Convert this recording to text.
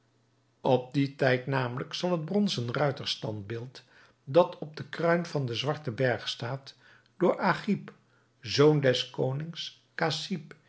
op dien tijd namelijk zal het bronzen ruiterstandbeeld dat op de kruin van den zwarten berg staat door agib zoon des konings cassib